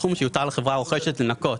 הסכום שיותר לחברה הרוכשת לנכות,